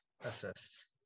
assists